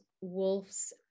Wolf's